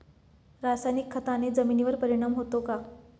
रासायनिक खताने जमिनीवर परिणाम होतो का?